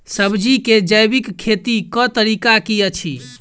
सब्जी केँ जैविक खेती कऽ तरीका की अछि?